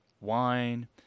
wine